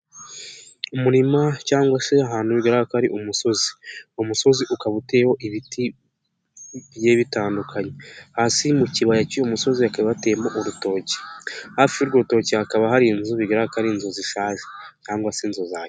Umurima cyangwa se ahantu bigaragara ko ari umusozi, umusozi ukaba uteyeho ibiti bigiye bitandukanye, hasi mu kibaya cy'uyu musozi hakaba hateyemo urutoki, hafi y'urutoki hakaba hari inzu zishaje cyangwa se inzu za cyera.